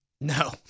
No